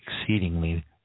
exceedingly